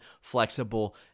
flexible